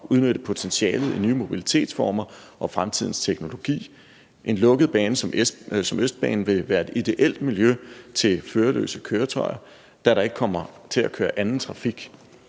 at udnytte potentialet i nye mobilitetsformer og fremtidens teknologi. En lukket bane som Østbanen vil være et ideelt miljø til førerløse køretøjer, da der ikke kommer til at køre anden trafik.